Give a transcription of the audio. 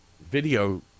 video